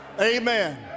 Amen